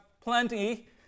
plenty